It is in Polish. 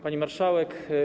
Pani Marszałek!